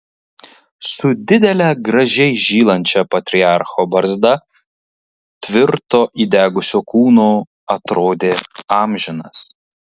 su didele gražiai žylančia patriarcho barzda tvirto įdegusio kūno atrodė amžinas